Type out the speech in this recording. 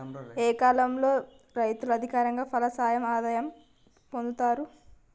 ఏ కాలం లో రైతులు అధిక ఫలసాయం ఆదాయం పొందుతరు?